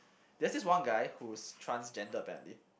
there's this one guy who's transgender apparently